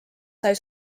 sai